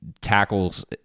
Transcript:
tackles